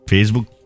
Facebook